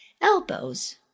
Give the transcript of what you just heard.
elbows